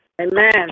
Amen